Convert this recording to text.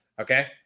okay